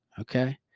Okay